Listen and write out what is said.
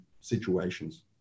situations